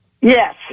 Yes